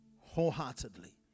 wholeheartedly